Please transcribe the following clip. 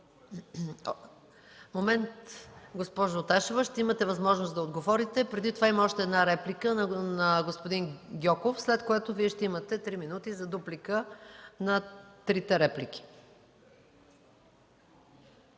МАНОЛОВА: Госпожо Ташева, ще имате възможност да отговорите. Преди това има още една реплика – на господин Гьоков, след което Вие ще имате три минути за дуплика на трите реплики.